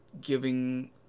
giving